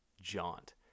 jaunt